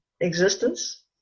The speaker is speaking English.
existence